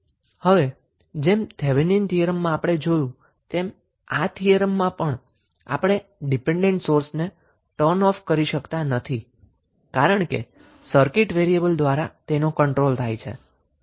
હવે જેમ Thevenin theorem માં આપણે જોયું તેમ આ થીયરમમાં પણ આપણે ડિપેન્ડન્ટ સોર્સને બંધ કરી શકતા નથી કારણ કે સર્કીટ વેરીએબલ દ્વારા તેનો કન્ટ્રોલ થાય છે